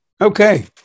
okay